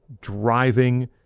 driving